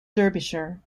derbyshire